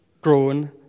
grown